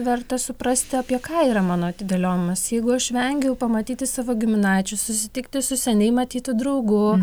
verta suprasti apie ką yra mano atidėliojimas jeigu aš vengiu pamatyti savo giminaičius susitikti su seniai matytu draugu